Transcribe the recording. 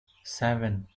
seven